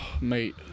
mate